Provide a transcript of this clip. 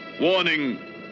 Warning